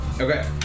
Okay